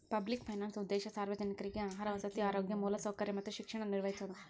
public finance ಉದ್ದೇಶ ಸಾರ್ವಜನಿಕ್ರಿಗೆ ಆಹಾರ ವಸತಿ ಆರೋಗ್ಯ ಮೂಲಸೌಕರ್ಯ ಮತ್ತ ಶಿಕ್ಷಣ ನಿರ್ವಹಿಸೋದ